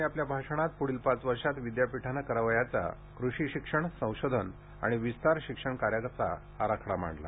पाटील यांनी आपल्या भाषणात प्रढील पाच वर्षात विद्यापीठाने करावयाचा कृषी शिक्षण संशोधन आणि विस्तार शिक्षण कार्याचा आराखडा मांडला